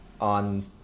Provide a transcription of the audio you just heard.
on